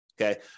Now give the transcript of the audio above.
okay